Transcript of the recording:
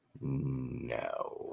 No